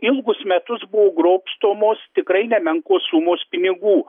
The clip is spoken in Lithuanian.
ilgus metus buvo grobstomos tikrai nemenkos sumos pinigų